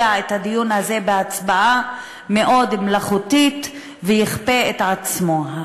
את הדיון הזה בהצבעה מאוד מלאכותית ויכפה את עצמו.